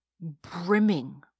brimming